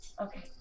Okay